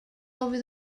over